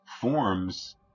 forms